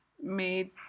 made